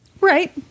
Right